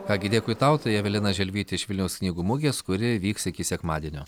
ką gi dėkui tau tai evelina želvytė iš vilniaus knygų mugės kuri vyks iki sekmadienio